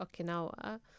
okinawa